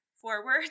forward